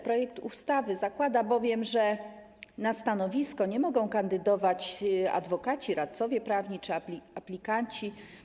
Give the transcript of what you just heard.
Projekt ustawy zakłada bowiem, że na stanowisko nie mogą kandydować adwokaci, radcowie prawni czy aplikanci.